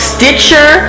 Stitcher